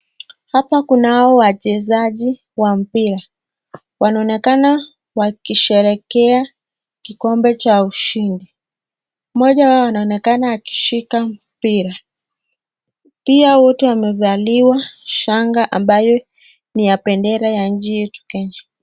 Hapa kunao wachezaji wa mpira, wanaonekana kusherehekea kikombe cha ushidi, moja wao anaonekana akishika mpira, pia wote wamevalia shanga ambayo ya bendera ya nchi yetu kenya